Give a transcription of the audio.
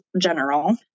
general